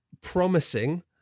promising